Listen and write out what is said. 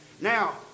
Now